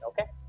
Okay